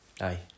Aye